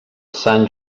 sant